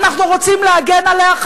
אנחנו רוצים להגן עליה,